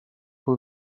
può